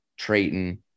Trayton